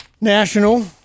National